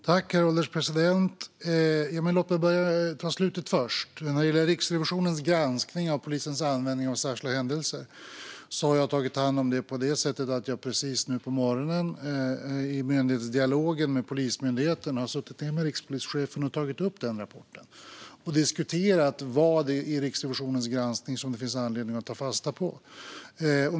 Herr ålderspresident! Låt mig ta slutet först. När det gäller Riksrevisionens granskning av polisens användning av särskilda händelser har jag tagit hand om det så här: Jag har i dag på morgonen, i myndighetsdialogen med Polismyndigheten, suttit med rikspolischefen och tagit upp denna rapport. Och vi har diskuterat vad i Riksrevisionens granskning som det finns anledning att ta fasta på.